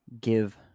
Give